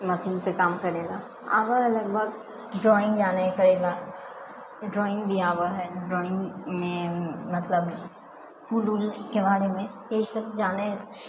machine से काम करै लऽ आबऽ लगभग ड्रॉइंग आबऽ करै लऽ ड्रॉइंग भी आबह हइ ड्रॉइंगमे मतलब फूल उलके बारेमे यही सब जानै हइ